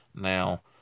Now